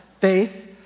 faith